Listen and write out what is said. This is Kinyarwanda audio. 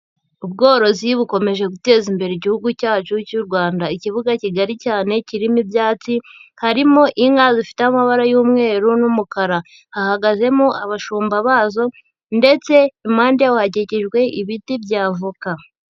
Ubworozi bukomeje guteza imbere igihugu cyacu cy'u Rwanda, ikibuga kigali cyane kirimo ibyatsi, harimo inka zifite amabara y'umweru n'umukara, hahagazemo abashumba bazo, ndetse impande yaho hakikijwe ibiti bya avoka.